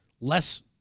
less –